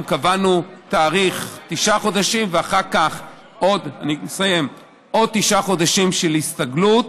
גם קבענו תאריך: תשעה חודשים ואחר כך עוד תשעה חודשים של הסתגלות.